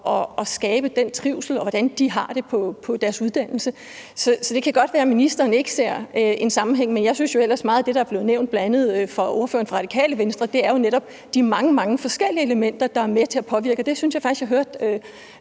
og har betydning for, hvordan de har det på deres uddannelse. Det kan godt være, at ministeren ikke ser en sammenhæng, men jeg synes jo ellers, at meget af det, der er blevet nævnt, bl.a. af ordføreren for Radikale Venstre, netop er de mange, mange forskellige elementer, der er med til at påvirke det. Det synes jeg faktisk jeg hørte